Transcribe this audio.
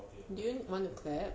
during one declared